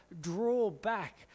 drawback